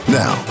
now